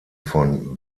von